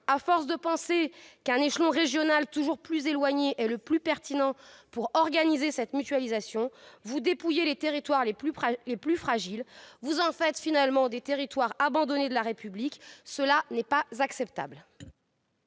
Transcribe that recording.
et de penser que l'échelon régional, toujours plus éloigné, est le plus pertinent pour organiser cette mutualisation, vous dépouillez les territoires les plus fragiles et vous en faites des territoires abandonnés de la République. Cela n'est pas acceptable.